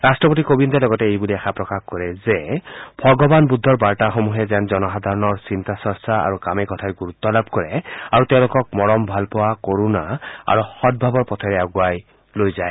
ৰাট্টপতি কোবিন্দে লগতে এই বুলি আশা কৰে যে ভগৱান বুদ্ধৰ বাৰ্তা সমূহে যেন জনসাধাৰণৰ চিন্তা চৰ্চা আৰু কামে কথাই গুৰুত্ব লাভ কৰে আৰু তেওঁলোকক মৰম ভালপোৱা কৰুণা আৰু সদ্ভাবৰ পথেৰে আগুৱাই লৈ যায়